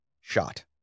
shot